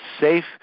safe